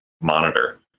monitor